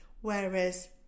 Whereas